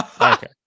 Okay